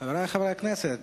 חברי חברי הכנסת,